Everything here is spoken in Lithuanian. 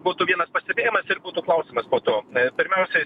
būtų vienas pastebėjimas ir būtų klausimas po to pirmiausia